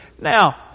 Now